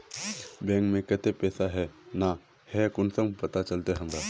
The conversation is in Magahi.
बैंक में केते पैसा है ना है कुंसम पता चलते हमरा?